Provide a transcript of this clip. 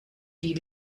die